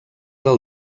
del